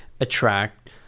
attract